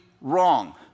wrong